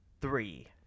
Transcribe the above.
Three